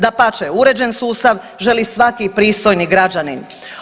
Dapače, uređen sustav želi svaki pristojni građanin.